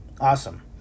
Awesome